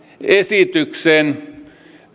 esityksen